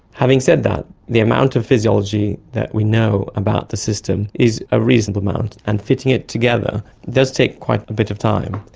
having said that, the amount of physiology that we know about the system is a reasonable amount. and fitting it together does take quite a bit of time.